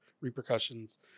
repercussions